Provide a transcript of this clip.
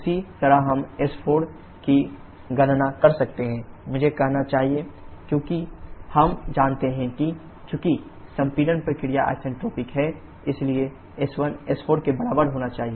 उसी तरह हम s4 की गणना कर सकते हैं मुझे कहना चाहिए क्योंकि हम जानते हैं कि चूंकि संपीड़न प्रक्रिया इसेंट्रोपिक है इसलिए s1 s4 के बराबर होना चाहिए